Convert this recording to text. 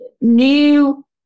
new